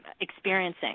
experiencing